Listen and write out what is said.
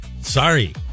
Sorry